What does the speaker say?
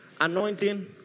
anointing